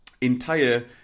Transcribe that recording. entire